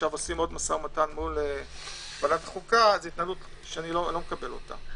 עושים עוד משא ומתן מול ועדת חוקה זו התנהלות שאיני מקבל אותה,